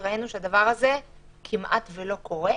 ראינו שהדבר הזה כמעט לא קורה.